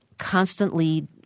Constantly